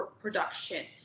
production